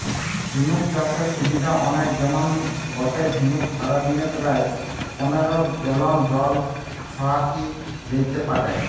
ঝিনুক চাষের সুবিধা অনেক যেমন গটে ঝিনুক সারাদিনে প্রায় পনের গ্যালন জল ছহাকি লেইতে পারে